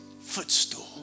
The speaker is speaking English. footstool